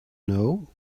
know